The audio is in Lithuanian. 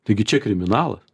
taigi čia kriminalas